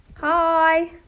Hi